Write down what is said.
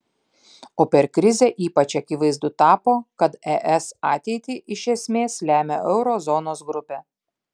o per krizę ypač akivaizdu tapo kad es ateitį iš esmės lemia euro zonos grupė